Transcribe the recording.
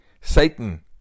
Satan